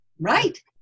Right